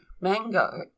mango